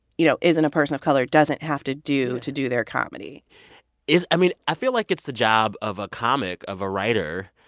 you know, isn't a person of color doesn't have to do to do their comedy is i mean, i feel like it's the job of a comic, of a writer,